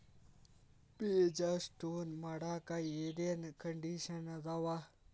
ಬೇಜ ಸ್ಟೋರ್ ಮಾಡಾಕ್ ಏನೇನ್ ಕಂಡಿಷನ್ ಅದಾವ?